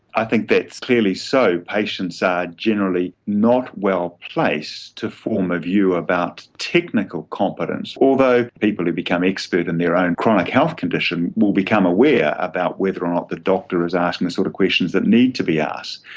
i think that's clearly so, patients patients are generally not well placed to form a view about technical competence, although people who become expert in their own chronic health condition will become aware about whether or not the doctor is asking the sort of questions that need to be asked.